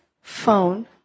phone